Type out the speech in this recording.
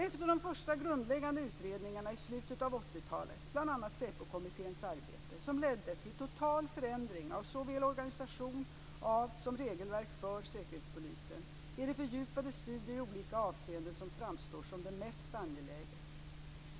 Efter de första grundläggande utredningarna i slutet av 80-talet, bl.a. Säpokommitténs arbete, som ledde till total förändring av såväl organisation av som regelverk för Säkerhetspolisen, är det fördjupade studier i olika avseenden som framstår som mest angeläget.